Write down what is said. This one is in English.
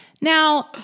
Now